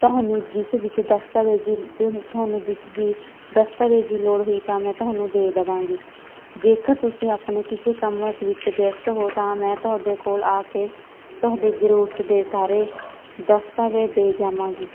ਤੁਹਾਨੂੰ ਜਿਸ ਵਿੱਚ ਦਰਤਾਵੇਜ਼ ਦੀ ਤੁਹਾਨੂੰ ਤੁਹਾਨੂੰ ਦਿਸ ਜੀ ਦਸਤਾਵੇਜ਼ ਦੀ ਲੋੜ ਹੋਈ ਤਾਂ ਮੈਂ ਤੁਹਾਨੂੰ ਦੇ ਦਵਾਂਗੀ ਜੇਕਰ ਤੁਸੀਂ ਆਪਨੇ ਕਿਸੇ ਕੰਮਾਂ ਵਿੱਚ ਵਿਅਸਤ ਹੋ ਤਾਂ ਮੈਂ ਤੁਹਾਡੇ ਕੋਲ ਆ ਕੇ ਤੁਹਾਡੀ ਜ਼ਰੂਰਤ ਦੇ ਸਾਰੇ ਦਸਤਾਵੇਜ਼ ਦੇ ਜਾਵਾਂਗੀ